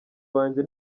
wanjye